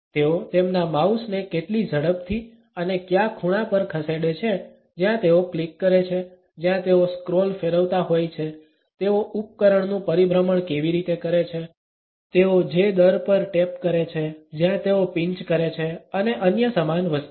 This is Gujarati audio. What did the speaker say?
તેઓ તેમના માઉસ ને કેટલી ઝડપથી અને કયા ખૂણા પર ખસેડે છે જ્યાં તેઓ ક્લિક કરે છે જ્યાં તેઓ સ્ક્રોલ ફેરવતા હોય છે તેઓ ઉપકરણનું પરિભ્રમણ કેવી રીતે કરે છે તેઓ જે દર પર ટેપ કરે છે જ્યાં તેઓ પીન્ચ કરે છે અને અન્ય સમાન વસ્તુઓ